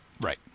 right